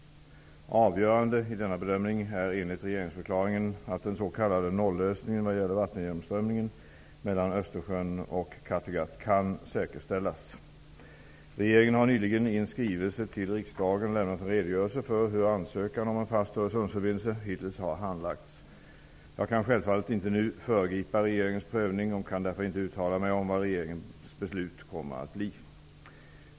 Avgörande i denna bedömning är enligt regeringsförklaringen att den s.k. nollösningen vad gäller vattengenomströmningen mellan Östersjön och Kattegatt kan säkerställas. Regeringen har nyligen i en skrivelse till riksdagen lämnat en redogörelse för hur ansökan om en fast Öresundsförbindelse hittills har handlagts. Jag kan självfallet inte nu föregripa regeringens prövning och kan därför inte uttala mig om vad regeringens beslut kommer att bli.